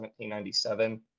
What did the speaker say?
1797